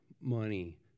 money